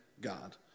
God